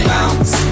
Bounce